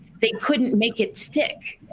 they couldn't make it stick.